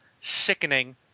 sickening